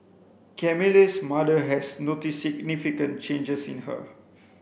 Camille's mother has noticed significant changes in her